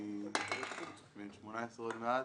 אני בן 18 עוד מעט.